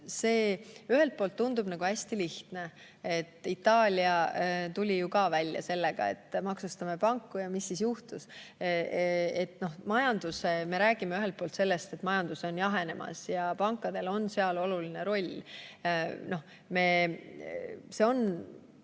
Ühelt poolt tundub see hästi lihtne. Itaalia tuli ju ka välja sellega, et maksustame panku. Ja mis siis juhtus? Me räägime ühelt poolt sellest, et majandus on jahenemas ja pankadel on seal oluline roll. Leedus